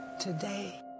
today